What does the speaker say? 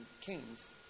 Kings